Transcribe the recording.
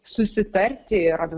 susitarti ir